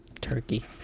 turkey